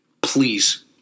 please